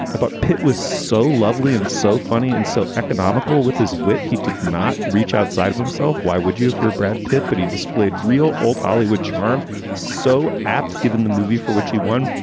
but pitt was so lovely and so funny and so economical with his wit. he did not reach outside of himself. why would you, if you're a brad pitt? but he displayed real old hollywood charm so apt given the movie for which he won,